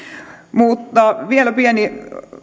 mutta vielä pieni